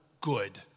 good